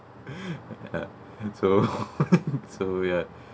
so so ya